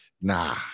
nah